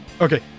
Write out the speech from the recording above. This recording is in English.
Okay